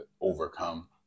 overcome